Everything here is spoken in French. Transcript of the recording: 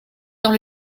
dans